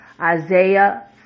Isaiah